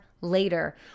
later